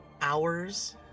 hours